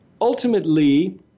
Ultimately